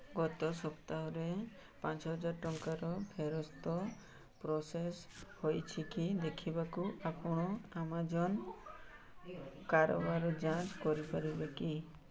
ଗତ ସପ୍ତାହରେ ପାଞ୍ଚହଜାର ଟଙ୍କାର ଫେରସ୍ତ ପ୍ରସେସ୍ ହୋଇଛିକି ଦେଖିବାକୁ ଆପଣ ଆମାଜନ୍ କାରବାର ଯାଞ୍ଚ କରିପାରିବେ କି